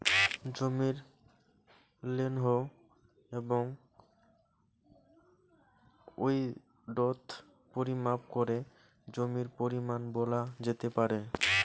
জমির লেন্থ এবং উইড্থ পরিমাপ করে জমির পরিমান বলা যেতে পারে